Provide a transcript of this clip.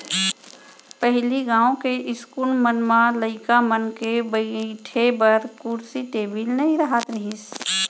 पहिली गॉंव के इस्कूल मन म लइका मन के बइठे बर कुरसी टेबिल नइ रहत रहिस